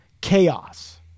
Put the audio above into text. chaos